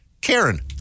Karen